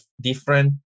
different